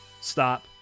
stop